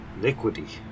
liquidy